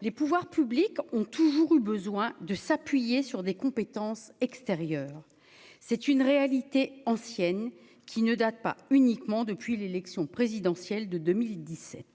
les pouvoirs publics ont toujours eu besoin de s'appuyer sur des compétences extérieures, c'est une réalité ancienne qui ne date pas uniquement depuis l'élection présidentielle de 2017